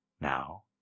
Now